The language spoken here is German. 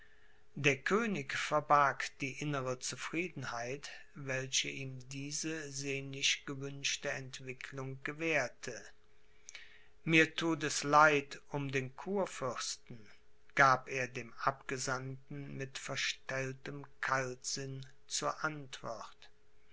der könig verbarg die innere zufriedenheit welche ihm diese sehnlich gewünschte entwicklung gewährte mir thut es leid um den kurfürsten gab er dem abgesandten mit verstelltem kaltsinn zur antwort